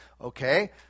Okay